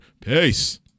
Peace